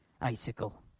icicle